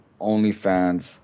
OnlyFans